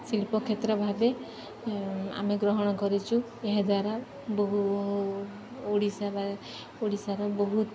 ଶିଳ୍ପକ୍ଷେତ୍ର ଭାବେ ଆମେ ଗ୍ରହଣ କରିଛୁ ଏହାଦ୍ୱାରା ବହୁ ଓଡ଼ିଶା ବା ଓଡ଼ିଶାର ବହୁତ